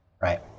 right